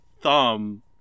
thumb